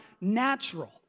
natural